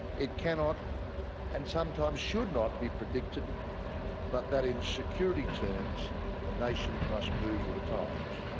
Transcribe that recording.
it cannot and sometimes should not be predicted but that in security terms the nation must move with the times.